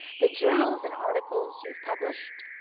the journals and articles you've published,